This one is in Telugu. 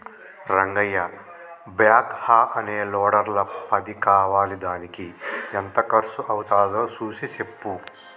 రంగయ్య బ్యాక్ హా అనే లోడర్ల పది కావాలిదానికి ఎంత కర్సు అవ్వుతాదో సూసి సెప్పు